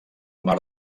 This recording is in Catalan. mar